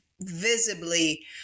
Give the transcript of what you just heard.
visibly